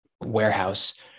warehouse